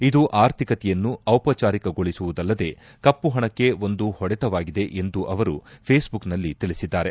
ಇದು ಆರ್ಥಿಕತೆಯನ್ನು ದಿಪಚಾರಿಕಗೊಳಿಸುವುದಲ್ಲದೆ ಕಪ್ಪುಹಣಕ್ಕೆ ಒಂದು ಹೊಡೆತವಾಗಿದೆ ಎಂದು ಅವರು ಫೇಸ್ಬುಕ್ನಲ್ಲಿ ತಿಳಿಸಿದ್ದಾರೆ